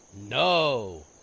No